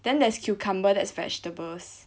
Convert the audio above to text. then there's cucumber there's vegetables